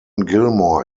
gilmore